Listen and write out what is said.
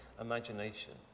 imagination